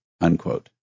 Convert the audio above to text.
unquote